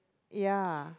ya